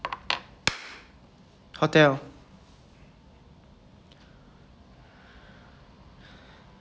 hotel